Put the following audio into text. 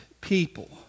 people